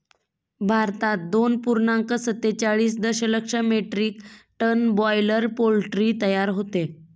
भारतात दोन पूर्णांक सत्तेचाळीस दशलक्ष मेट्रिक टन बॉयलर पोल्ट्री तयार होते